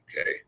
okay